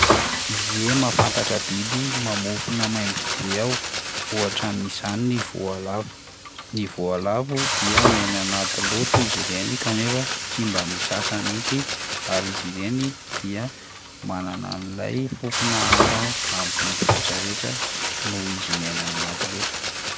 Ie, mahafantatra biby mamofona maimbo be aho, ohatra amin'izany ny voalavo, ny voalavo dia miaina anaty loto izy ireny kanefa tsy mba misasa mihitsy ary izy ireny dia manana an'ilay fofona hafa amin'ny biby rehetrarehetra noho izy miaina any anaty loto.